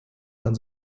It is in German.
man